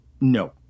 no